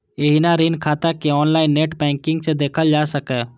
एहिना ऋण खाता कें ऑनलाइन नेट बैंकिंग सं देखल जा सकैए